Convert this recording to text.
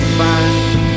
fine